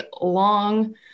long